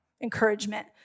encouragement